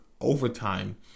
overtime